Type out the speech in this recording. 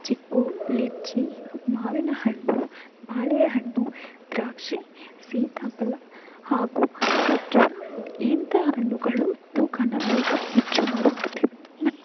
ಚಿಕ್ಕು ಲಿಚ್ಚಿ ಮಾವಿನಹಣ್ಣು ಬಾಳೆಯಹಣ್ಣು ದ್ರಾಕ್ಷಿ ಸೀತಾಫಲ ಹಾಗೂ ಖರ್ಜುರ ಇಂಥ ಹಣ್ಣುಗಳು ತೂಕನ ಬೇಗ ಹೆಚ್ಚು ಮಾಡುತ್ತದೆ ಮತ್ತು